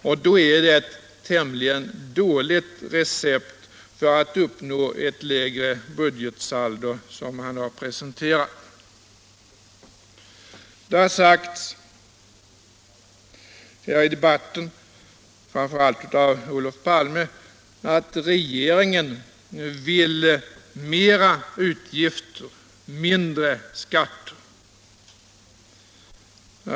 Och då är det ett tämligen dåligt recept för att uppnå ett lägre budgetsaldo som man har presenterat. Det har sagts här i debatten, framför allt av Olof Palme, att regeringen vill ha mera utgifter och mindre skatter.